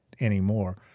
anymore